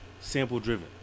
sample-driven